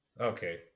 Okay